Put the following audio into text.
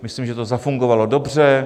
Myslím, že to zafungovalo dobře.